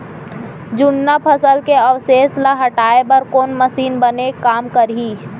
जुन्ना फसल के अवशेष ला हटाए बर कोन मशीन बने काम करही?